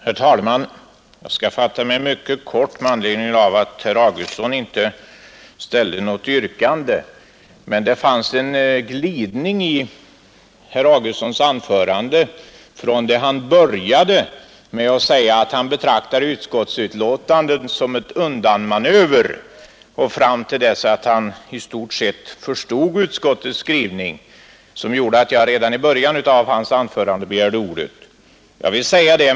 Herr talman! Jag skall fatta mig mycket kort med anledning av att herr Augustsson inte framställde något yrkande. Det fanns emellertid en glidning i hans anförande från det att han började med att betrakta utskottsbetänkandet som en undanmanöver fram till det att han i stort sett förstod utskottets skrivning, och det gjorde att jag redan i början av anförandet begärde ordet.